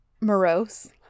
morose